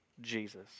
Jesus